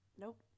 Nope